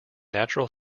natural